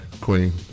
Queen